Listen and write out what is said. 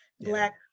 Black